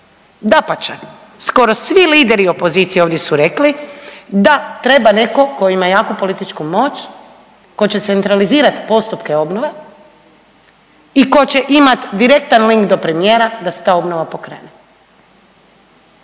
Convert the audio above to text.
dapače skoro svi lideri opozicije ovdje su rekli da treba neko ko ima jaku političku moć, ko će centralizirati postupke obnove i ko će imat direktan lik do premijera da se ta obnova pokrene.